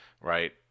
right